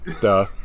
duh